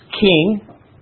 king